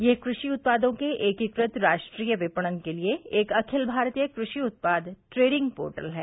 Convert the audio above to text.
यह कृषि उत्पादों के एकीकृत राष्ट्रीय विपणन के लिए एक अखिल भारतीय कृषि उत्पाद ट्रेडिंग पोर्टल है